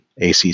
ACC